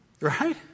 Right